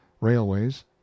Railways